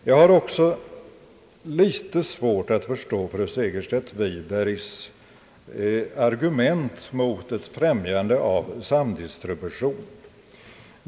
Jag har också litet svårt att förstå fru Segerstedt Wibergs argument mot ett främjande av samdistribution.